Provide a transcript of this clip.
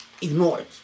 ignored